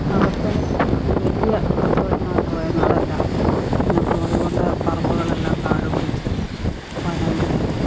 അവരുടെ ഒരു വലിയ തൊഴിൽ മാർഗ്ഗമായിരുന്നു അതെല്ലാം ഇന്നിപ്പം അതുകൊണ്ട് പറമ്പുകളെല്ലാം കാടുപിടിച്ച് വനം കയറി